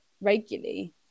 regularly